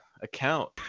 account